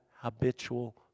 habitual